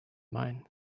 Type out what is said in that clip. mine